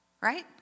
right